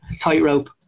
tightrope